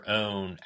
own